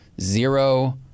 zero